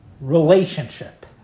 relationship